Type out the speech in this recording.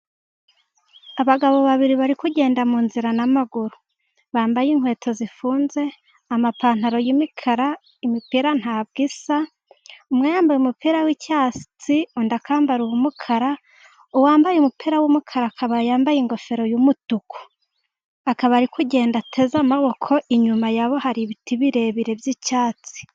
Abagabo babiri bari kugenda munzira n'amaguru bambaye inkweto zifunze ,amapantaro y'imikara, imipira ntabwo isa . Umwe yambaye umupira w'icyatsi undi akambara umukara . Uwambaye umupira w'umukara akaba yambaye ingofero y'umutuku ,akaba ari kugenda ateze amaboko ,inyuma yabo hari ibiti birebire byi'cyatsi.